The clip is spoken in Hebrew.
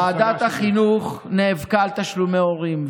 ועדת החינוך נאבקה על תשלומי הורים.